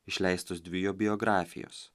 išleistos dvi jo biografijos